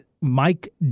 Mike